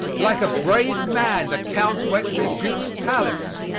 like a brave man, the count went to the duke's palace.